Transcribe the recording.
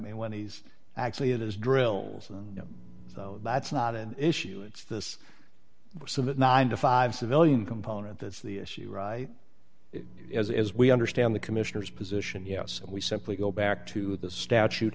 mean when he's actually it is drills and that's not an issue it's this summit ninety five civilian component that's the issue right as we understand the commissioners position yes we simply go back to the statute